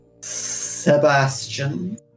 Sebastian